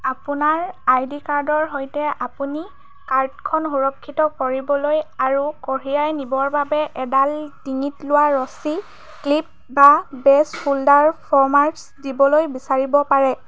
আপোনাৰ আইডি কাৰ্ডৰ সৈতে আপুনি কাৰ্ডখন সুৰক্ষিত কৰিবলৈ আৰু কঢ়িয়াই নিবৰ বাবে এডাল ডিঙিত লোৱা ৰচী ক্লিপ বা বেজ হোল্ডাৰ ফৰ্মাইচ দিবলৈ বিচাৰিব পাৰে